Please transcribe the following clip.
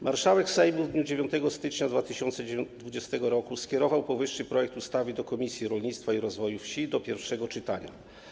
Marszałek Sejmu w dniu 9 stycznia 2020 r. skierował powyższy projekt ustawy do Komisji Rolnictwa i Rozwoju Wsi do pierwszego czytania.